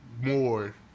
more